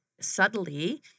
subtly